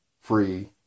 free